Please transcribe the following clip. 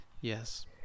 Yes